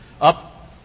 up